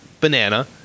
banana